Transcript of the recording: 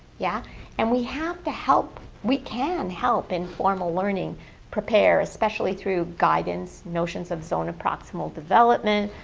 yeah and we have to help. we can help in formal learning prepare, especially through guidance, notions of zone of proximal development,